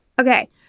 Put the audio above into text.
Okay